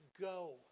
go